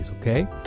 okay